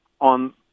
on